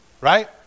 Right